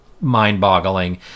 mind-boggling